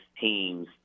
teams